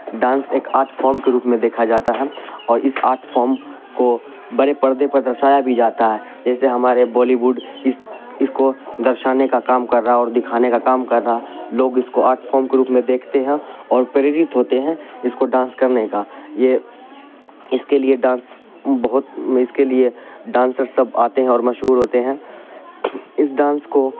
dance ایک art form کے روپ میں دیکھا جاتا ہے اور اس آرٹ فوم کو بڑے پردے پر درشایا بھی جاتا ہے جیسے ہمارے بالیووڈ اس اس کو درشانے کا کا م کر رہا ہے اور دکھانے کا کام کر رہا ہے لوگ اس کو آرٹ فوم کے روپ میں دیکھتے ہیں اور پریرت ہوتے ہیں اس کو ڈانس کرنے کا یہ اس کے لیے ڈانس بہت اس کے لیے ڈانسر سب آتے ہیں اور مشہور ہوتے ہیں اس ڈانس کو